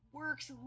works